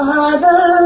Father